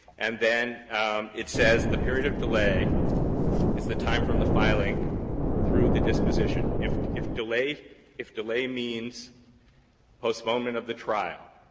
and then it says the period of delay is the time from the filing through the disposition. if if delay if delay means postponement of the trial,